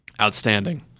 Outstanding